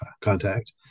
contact